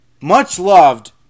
much-loved